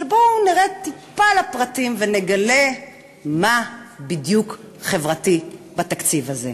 אבל בואו נרד טיפה לפרטים ונגלה מה בדיוק חברתי בתקציב הזה.